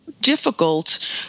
difficult